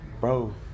bro